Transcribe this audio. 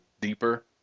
deeper